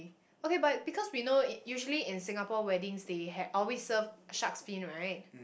okay but because we know usually in Singapore weddings they has always serve shark's fin right